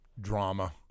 drama